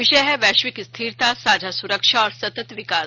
विषय है वैश्विक स्थिरता साझा सुरक्षा और सतत विकास